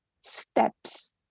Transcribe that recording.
steps